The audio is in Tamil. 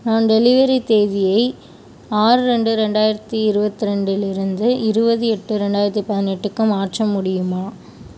நான் டெலிவரி தேதியை ஆறு ரெண்டு ரெண்டாயிரத்தி இருபத்தி ரெண்டிலிருந்து இருபது எட்டு ரெண்டாயிரத்தி பதினெட்டுக்கு மாற்ற முடியுமா